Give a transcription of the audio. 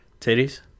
titties